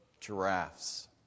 giraffes